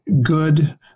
good